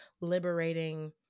liberating